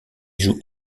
joue